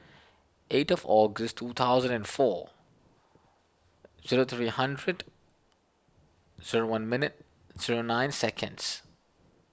eight of August two thousand and four zero three hundred zero one minute zero nine seconds